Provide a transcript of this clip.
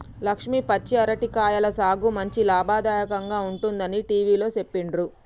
లక్ష్మి పచ్చి అరటి కాయల సాగు మంచి లాభదాయకంగా ఉంటుందని టివిలో సెప్పిండ్రు